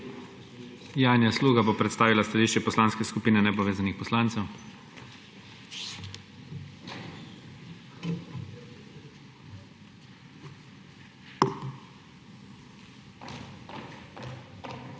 Janja Sluga bo predstavila stališče Poslanske skupine nepovezanih poslancev.